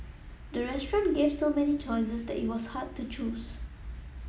the restaurant gave so many choices that it was hard to choose